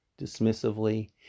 dismissively